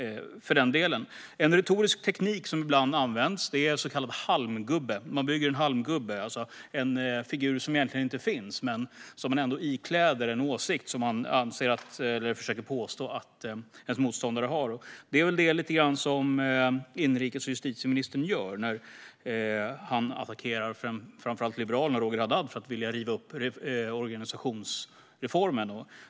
En retorisk teknik som ibland används är en så kallad halmgubbe, alltså att man påstår att motståndaren har en åsikt som denne inte har. Det är detta justitie och inrikesministern gör när han anklagar Liberalernas Roger Haddad för att vilja riva upp organisationsreformen.